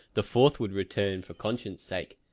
the fourth would return for conscience' sake,